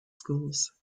schools